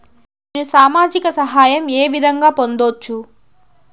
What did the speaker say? నేను సామాజిక సహాయం వే విధంగా పొందొచ్చు?